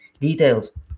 details